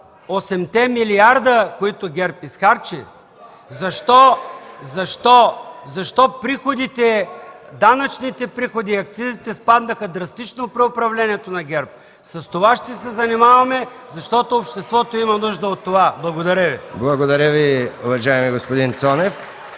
милиарда, които ГЕРБ изхарчи? Защо данъчните приходи и акцизите спаднаха драстично при управлението на ГЕРБ? С това ще се занимаваме, защото обществото има нужда от това. Благодаря Ви.